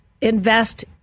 invest